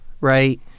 right